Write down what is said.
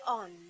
on